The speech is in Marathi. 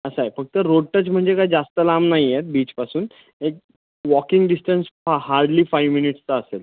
असा आहे फक्त रोड टच म्हणजे काय जास्त लांब नाही आहेत बीचपासून एक वॉकिंग डिस्टन्स हा हार्डली फायू मिनिट्सचा असेल